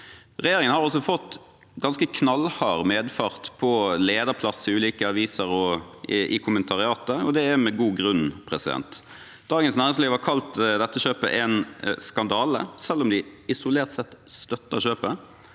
Regjeringen har fått ganske knallhard medfart på lederplass i ulike aviser og i kommentariatet, og det er med god grunn. Dagens Næringsliv har kalt dette kjøpet en skandale, selv om de isolert sett støtter kjøpet.